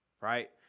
right